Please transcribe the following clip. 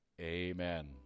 Amen